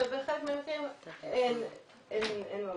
ובחלק מהמקרים אין ממש.